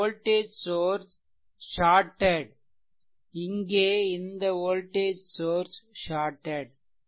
இந்த voltage source shorted இங்கே இந்த வோல்டேஜ் சோர்ஸ் ஷார்ட்டெட்